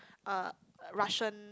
uh Russian